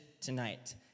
tonight